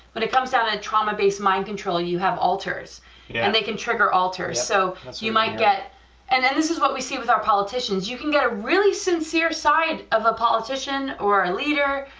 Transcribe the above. when it comes out a trauma based mind control, you have alters and they can trigger alter, so you might get and then this what we see with our politicians, you can get a really sincere side of a politician or a leader,